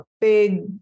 big